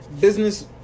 business